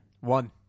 One